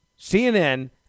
CNN